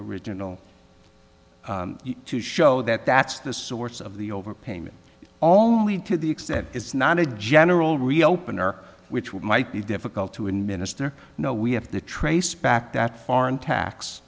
original to show that that's the source of the overpayment only to the extent it's not a general reopen or which would might be difficult to administer no we have to trace back that foreign tax